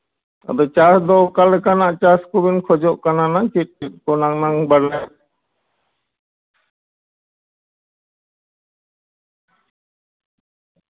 ᱟᱫᱚ ᱪᱟᱥᱫᱚ ᱚᱠᱟᱞᱮᱠᱟᱱᱟᱜ ᱪᱟᱥ ᱠᱚᱵᱮᱱ ᱠᱷᱚᱡᱚᱜ ᱠᱟᱱᱟ ᱱᱟᱝ ᱪᱮᱫ ᱪᱮᱫ ᱠᱚᱨᱮᱱᱟᱝ ᱱᱟᱝ ᱵᱟᱰᱟᱭ